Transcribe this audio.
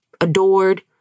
adored